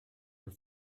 your